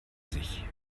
sich